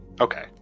Okay